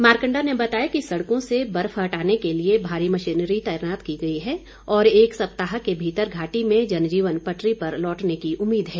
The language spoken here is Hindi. मारकंडा ने बताया कि सड़कों से बर्फ हटाने के लिए भारी मशीनरी तैनात की गई है और एक सप्ताह के भीतर घाटी में जनजीवन पटरी पर लौटने की उम्मीद है